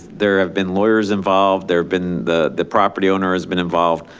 there have been lawyers involved. there have been, the the property owner has been involved.